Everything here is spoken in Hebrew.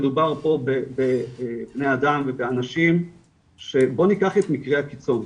מדובר פה בבני אדם ובאנשים ובואו ניקח את המקרה הקיצון,